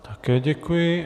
Také děkuji.